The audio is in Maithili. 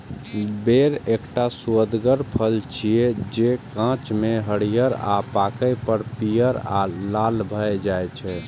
बेर एकटा सुअदगर फल छियै, जे कांच मे हरियर आ पाके पर पीयर आ लाल भए जाइ छै